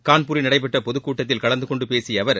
கான்பூரில் நடைபெற்ற பொதுக்கூட்டத்தில் கலந்துகொண்டு பேசிய அவர்